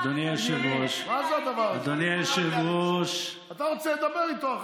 לא, על הדת, אדוני היושב-ראש, זה לא בסדר.